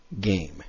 game